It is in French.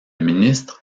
ministre